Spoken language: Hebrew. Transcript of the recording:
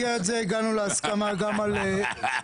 גם על נושא